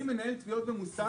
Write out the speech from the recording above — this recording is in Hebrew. אני מנהל תביעות במוסך,